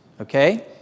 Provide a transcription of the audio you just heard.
okay